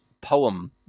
poem